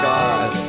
God